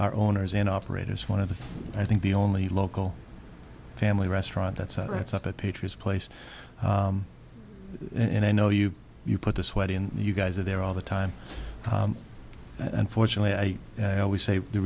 are owners and operators one of the i think the only local family restaurant that sets up a patriot place and i know you you put this wedding you guys are there all the time unfortunately i always say the